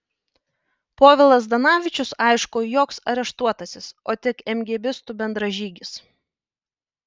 povilas zdanavičius aišku joks areštuotasis o tik emgėbistų bendražygis